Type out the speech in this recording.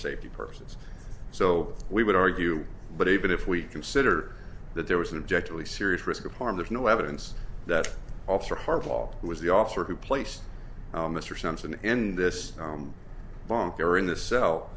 safety purposes so we would argue but even if we consider that there was an object really serious risk of harm there is no evidence that officer hard law was the officer who placed mr sampson end this bunker in the cell